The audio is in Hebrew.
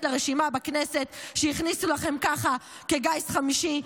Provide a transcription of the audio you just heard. לרשימה בכנסת שהכניסו לכם ככה כגיס חמישי,